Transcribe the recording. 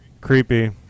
Creepy